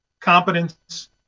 competence